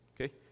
Okay